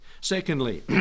secondly